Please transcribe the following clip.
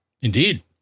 Indeed